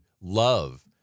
love